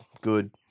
good